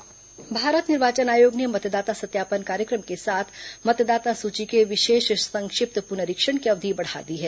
मतदाता सूची पुनरीक्षण भारत निर्वाचन आयोग ने मतदाता सत्यापन कार्यक्रम के साथ मतदाता सूची के विशेष संक्षिप्त पुनरीक्षण की अवधि बढ़ा दी है